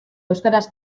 euskaraz